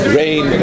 rain